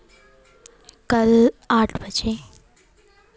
कल आठ बजे